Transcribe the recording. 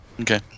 Okay